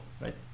right